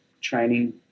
training